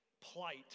plight